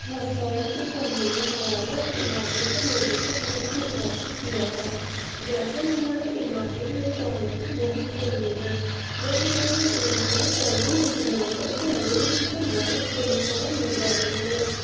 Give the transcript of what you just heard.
وسائل کی کمی نے ہمارے علاقے کے لوگوں کو بہت متاثر کیا ہے جیسے ہمارے علاقے میں پانی کی بہت کمی ہے جب ہمارے علاقے میں پانی نہیں ہوتا تو لوگ اس سے بہت پر یشان ہوجاتے ہیں